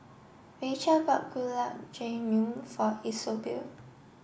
Rachel bought Gulab Jamun for Isobel